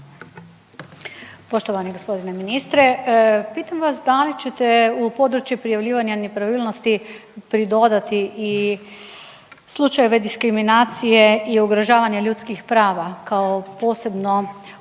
Poštovani g. ministre. Pitam vas da li ćete u području prijavljivanja nepravilnosti pridodati i slučajeve diskriminacije i ugrožavanja ljudskih prava kao posebno osjetljiva